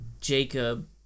Jacob